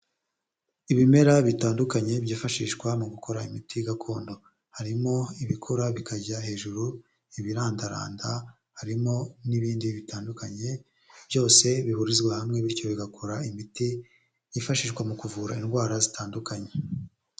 Ibimera bitandukanye byifashishwa mu gukora imiti gakondo harimo ibikora bikajya hejuru ibirandaranda harimo n'ibindi bitandukanye byose bihurizwa hamwe bityo bigakora imiti yifashishwa mu kuvura indwara zitandukanye.